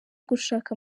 gushaka